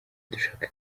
dushaka